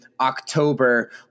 October